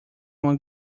uma